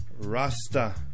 rasta